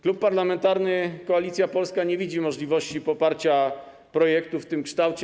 Klub Parlamentarny Koalicja Polska nie widzi możliwości poparcia projektu w tym kształcie.